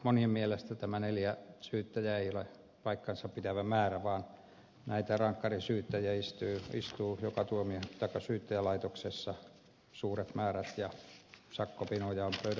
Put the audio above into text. monien mielestä tämä neljä syyttäjää ei ole paikkansapitävä määrä vaan näitä rankkarisyyttäjiä istuu joka syyttäjälaitoksessa suuret määrät ja sakkopinoja on pöydät täynnä